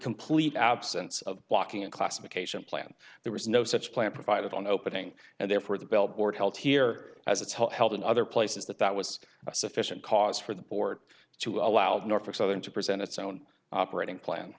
complete absence of blocking a classification plan there was no such plan provided on opening and therefore the billboard held here as it's held in other places that that was a sufficient cause for the board to allow norfolk southern to present its own operating plan